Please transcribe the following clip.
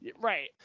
Right